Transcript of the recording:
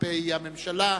כלפי הממשלה,